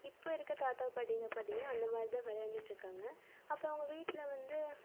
இப்போ இருக்க தாத்தா பாட்டிங்க பார்த்தீங்கன்னா அந்தமாதிரி தான் விளையாண்டுட்டு இருக்காங்க அப்போ அவங்க வீட்டில் வந்து